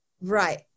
Right